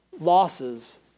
losses